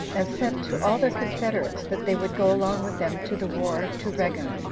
and sent to all their confederates that they would go along with them to the war to reggan,